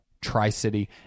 Tri-City